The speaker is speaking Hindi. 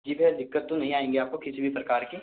जी सर दिक्कत तो नहीं आएगी आपको किसी भी प्रकार की